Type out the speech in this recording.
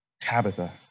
Tabitha